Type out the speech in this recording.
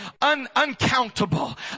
uncountable